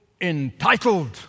entitled